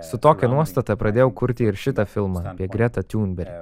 su tokia nuostata pradėjau kurti ir šitą filmą apie gretą tiunberg